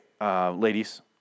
ladies